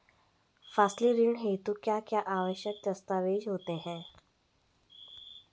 फसली ऋण हेतु क्या क्या आवश्यक दस्तावेज़ होते हैं?